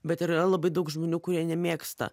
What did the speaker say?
bet ir yra labai daug žmonių kurie nemėgsta